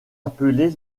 appelés